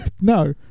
No